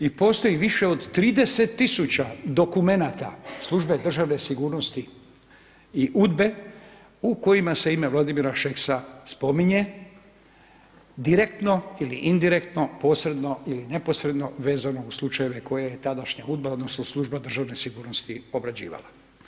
I postoji više od 30 000 dokumenata Službe državne sigurnosti i UDBA-e u kojima se ime Vladimira Šeksa spominje direktno ili indirektno, posredno ili neposredno vezano uz slučajeve koje je tadašnja UDBA odnosno Služba državne sigurnosti obrađivala.